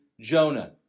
Jonah